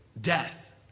Death